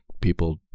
People